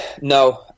no